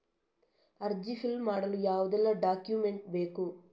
ಅರ್ಜಿ ಫಿಲ್ ಮಾಡಲು ಯಾವುದೆಲ್ಲ ಡಾಕ್ಯುಮೆಂಟ್ ಬೇಕು?